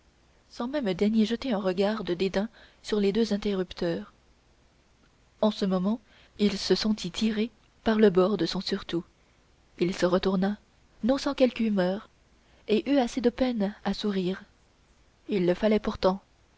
sans même daigner jeter un regard de dédain sur les deux interrupteurs en ce moment il se sentit tirer par le bord de son surtout il se retourna non sans quelque humeur et eut assez de peine à sourire il le fallait pourtant